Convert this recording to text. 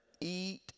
eat